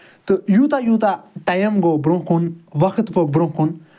تہٕ یوٗتاہ یوٗتاہ ٹایم گوٚو برونہہ کُن وقت پوٚک برونہہ کُن